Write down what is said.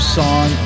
song